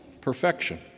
perfection